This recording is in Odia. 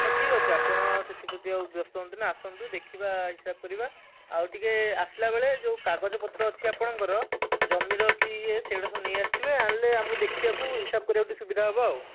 ହଁ ଠିକ ଅଛି ଆପଣ ସେଥିପ୍ରତି ଆଉ ବ୍ୟସ୍ତ ହୁଅନ୍ତୁନି ଆସନ୍ତୁ ଦେଖିବା ହିସାବ କରିବା ଆଉ ଟିକେ ଆସିଲାବେଳେ ଯେଉଁ କାଗଜ ପତ୍ର ଅଛି ଆପଣଙ୍କର ଜମିର କି ଇଏ ସେଗୁଡିକ ସବୁ ନେଇଆସିଥିବେ ଆଣିଲେ ଆମକୁ ଦେଖିବାକୁ ହିସାବ କରିବାକୁ ଟିକେ ସୁବିଧା ହେବ ଆଉ